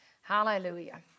Hallelujah